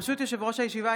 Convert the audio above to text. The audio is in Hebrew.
ברשות יושב-ראש הישיבה,